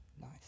Nice